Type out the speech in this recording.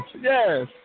yes